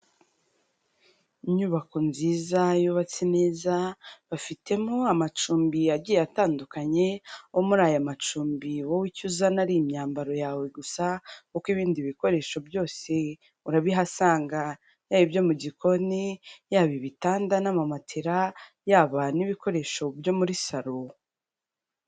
Inyubako nziza yubatse neza bafitemo amacumbi yagiye atandukanye aho muri aya macumbi wowe icyo uzana ari imyambaro yawe gusa kuko ibindi bikoresho byose urabihasanga, yaba ibyo mu gikoni, yaba ibitanda n'amamatera, yaba n'ibikoresho byo muri saro.